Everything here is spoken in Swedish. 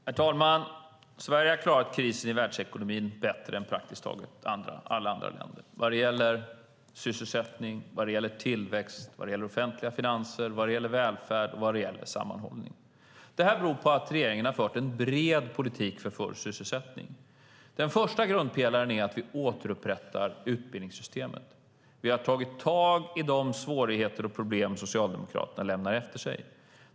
Herr talman! Sverige har klarat krisen i världsekonomin bättre än praktiskt taget alla andra länder vad gäller sysselsättning, vad gäller tillväxt, vad gäller offentliga finanser, vad gäller välfärd och vad gäller sammanhållning. Det här beror på att regeringen har fört en bred politik för full sysselsättning. En första grundpelare är att vi återupprättar utbildningssystemet. Vi har tagit tag i de svårigheter och problem som Socialdemokraterna lämnade efter sig.